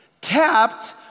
tapped